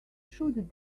should